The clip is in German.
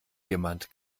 jemand